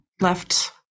left